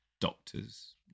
doctors